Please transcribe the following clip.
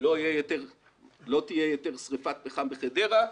לא תהיה יותר שריפת פחם בחדרה.